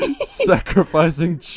Sacrificing